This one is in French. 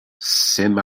semi